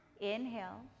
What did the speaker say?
Inhale